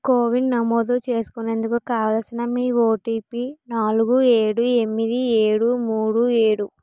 CoWIN నమోదు చేసుకునేందుకు కావలసిన మీ ఓటీపీ నాలుగు ఏడు ఎనిమిది ఏడు మూడు ఏడు